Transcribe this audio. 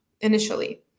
initially